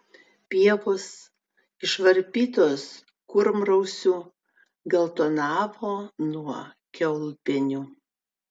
pievos išvarpytos kurmrausių geltonavo nuo kiaulpienių